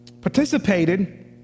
participated